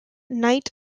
night